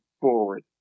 forward